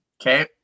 Okay